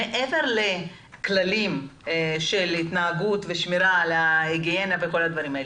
מעבר לכללים של התנהגות ושמירה על היגיינה והדברים האלה,